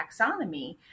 taxonomy